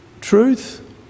truth